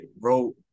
wrote